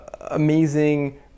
amazing